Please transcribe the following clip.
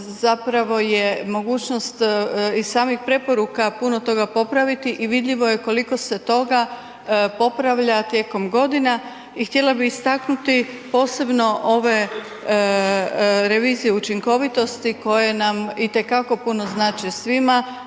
zapravo je mogućnost i samih preporuka puno toga popraviti i vidljivo je koliko se toga popravlja tijekom godina i htjela bi istaknuti posebno ove revizije učinkovitosti koje nam itekako puno znače svima